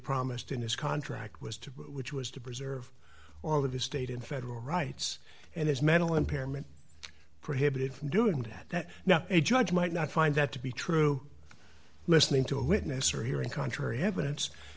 promised in his contract was to which was to preserve all of his state and federal rights and his mental impairment prohibited from doing that that now a judge might not find that to be true listening to a witness or hearing contrary evidence